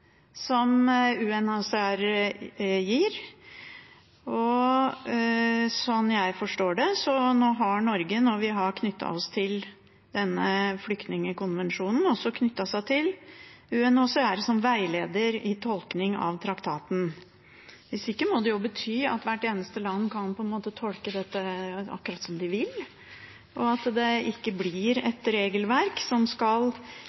som UNHCR gir. Sånn jeg forstår det, har Norge ved å knytte seg til flyktningkonvensjonen også knyttet seg til UNHCR som veileder i tolkning av traktaten. Hvis ikke må det bety at hvert eneste land kan tolke dette akkurat som de vil, og at det ikke blir et regelverk som skal